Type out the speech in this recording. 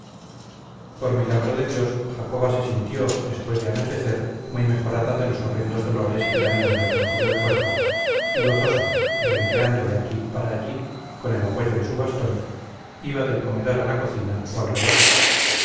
por milagro de dios jacoba se sintió después de anochecer muy mejorada de los horrendos dolores que le habían retorcido el cuerpo y gozosa renqueando de aquí para allí con el apoyo de su bastón iba del comedor a la cocina o al revés